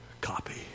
copy